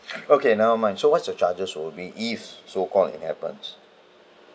okay never mind so what's the charges will it be if so called things happens